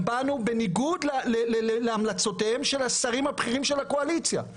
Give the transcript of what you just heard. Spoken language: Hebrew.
בניגוד להמלצותיהם של השרים הבכירים של הקואליציה,